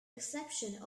exception